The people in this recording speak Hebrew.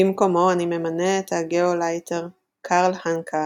במקומו אני ממנה את הגאולייטר קרל האנקה